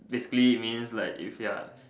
basically means like if you're